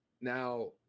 Now